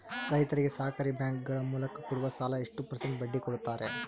ರೈತರಿಗೆ ಸಹಕಾರಿ ಬ್ಯಾಂಕುಗಳ ಮೂಲಕ ಕೊಡುವ ಸಾಲ ಎಷ್ಟು ಪರ್ಸೆಂಟ್ ಬಡ್ಡಿ ಕೊಡುತ್ತಾರೆ?